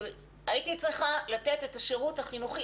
הייתי צריכה לתת את השירות החינוכי